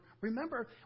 remember